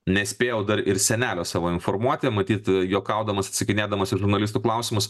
nespėjau dar ir senelio savo informuoti matyt juokaudamas atsakinėdamas į žurnalistų klausimus